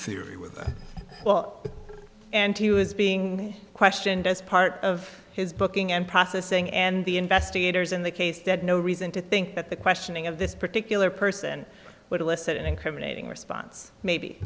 theory with well and he was being questioned as part of his booking and processing and the investigators in the case that no reason to think that the questioning of this particular person would elicit an incriminating response maybe